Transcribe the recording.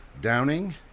Downing